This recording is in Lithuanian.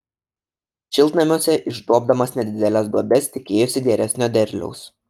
šiltnamiuose išduobdamas nedideles duobes tikėjosi geresnio derliaus